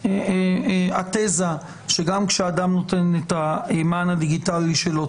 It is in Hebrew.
התיזה שגם כשאדם נותן את המען הדיגיטלי שלו,